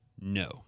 No